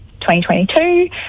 2022